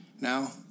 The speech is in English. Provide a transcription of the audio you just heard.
Now